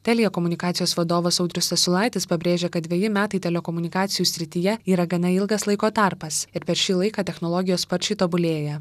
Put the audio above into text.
telia komunikacijos vadovas audrius stasiulaitis pabrėžia kad dveji metai telekomunikacijų srityje yra gana ilgas laiko tarpas ir per šį laiką technologijos sparčiai tobulėja